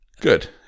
Good